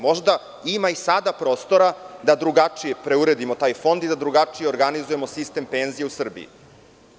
Možda ima i sada prostora da drugačije preuredimo taj fond i da drugačije organizujemo sistem penzija u Srbiji.